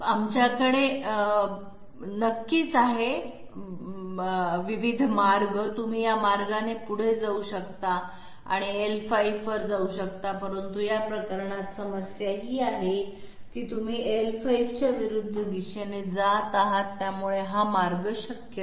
आमच्याकडे नक्कीच आहे तुम्ही या मार्गाने पुढे जाऊ शकता आणि l5 वर जाऊ शकता परंतु या प्रकरणात समस्या ही आहे की तुम्ही l5 च्या विरुद्ध दिशेने जात आहात त्यामुळे हा मार्ग शक्य नाही